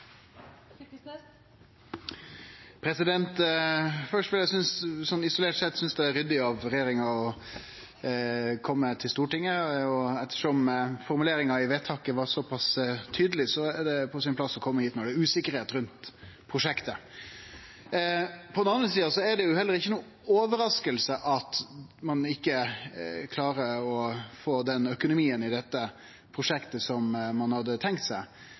atomvåpenprogram? Først: Isolert sett synest eg det er ryddig av regjeringa å kome til Stortinget, og ettersom formuleringa i vedtaket var såpass tydeleg, er det på sin plass å kome hit når det er usikkerheit rundt prosjektet. På den andre sida er det heller inga overrasking at ein ikkje klarer å få den økonomien i dette prosjektet som ein hadde tenkt seg.